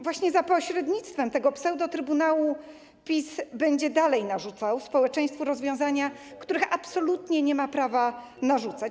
Właśnie za pośrednictwem tego pseudotrybunału PiS będzie dalej narzucał społeczeństwu rozwiązania, których absolutnie nie ma prawa narzucać.